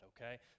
Okay